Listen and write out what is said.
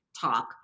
talk